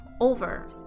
over